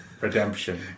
Redemption